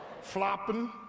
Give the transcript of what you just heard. flopping